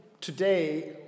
today